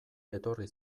etorri